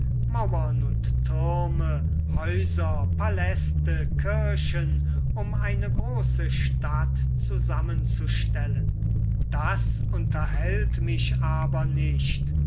mauern und türme häuser paläste kirchen um eine große stadt zusammenzustellen das unterhält mich aber nicht